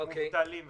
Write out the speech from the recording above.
מספר המובטלים וכולי.